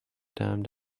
damned